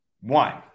one